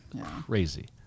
crazy